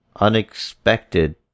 unexpected